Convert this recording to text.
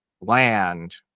land